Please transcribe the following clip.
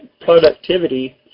productivity